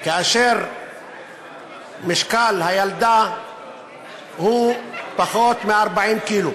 כאשר משקל הילדה הוא פחות מ-40 ק"ג.